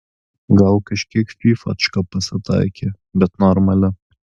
gal kažkiek fyfačka pasitaikė bet normali